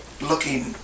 looking